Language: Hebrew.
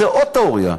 תעשה עוד תיאוריה,